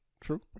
True